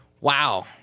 Wow